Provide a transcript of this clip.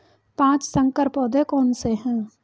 पाँच संकर पौधे कौन से हैं?